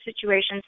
situations